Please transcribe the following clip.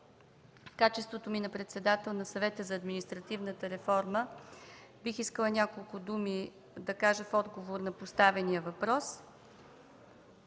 в качеството ми на председател на Съвета за административната реформа бих искала да кажа няколко думи в отговор на поставения въпрос.